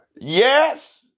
Yes